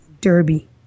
Derby